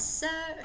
sir